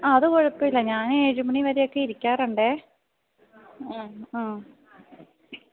അത് കുഴപ്പം ഇല്ല ഞാൻ ഏഴ് മണി വരെയൊക്കെ ഇരിക്കാറുണ്ടേ ആ ആ